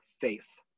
faith